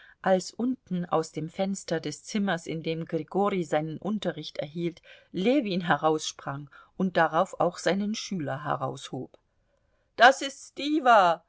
als unten aus dem fenster des zimmers in dem grigori seinen unterricht erhielt ljewin heraussprang und darauf auch seinen schüler heraushob das ist